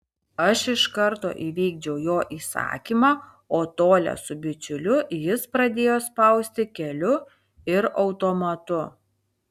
aš iš karto įvykdžiau jo įsakymą o tolią su bičiuliu jis pradėjo spausti keliu ir automatu